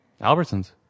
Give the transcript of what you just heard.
Albertsons